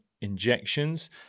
injections